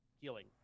healing